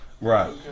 Right